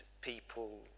people